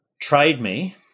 TradeMe